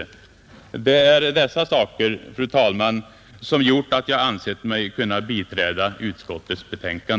Det är dessa saker, fru talman, som gjort att jag ansett mig kunna biträda utskottets hemställan.